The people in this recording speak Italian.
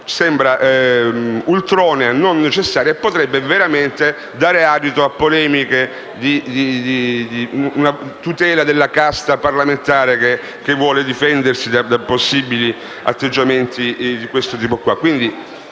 misura ultronea, non necessaria, che potrebbe dare adito a polemiche su una tutela della casta parlamentare che vuole difendersi da possibili atteggiamenti di questo tipo.